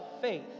faith